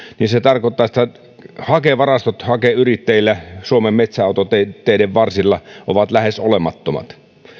niin se tarkoittaa sitä että hakevarastot hakeyrittäjillä suomen metsäautoteiden varsilla ovat lähes olemattomat